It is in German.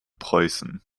preußen